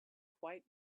quite